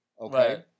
Okay